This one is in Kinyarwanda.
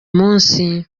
munsi